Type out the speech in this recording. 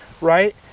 Right